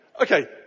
Okay